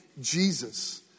Jesus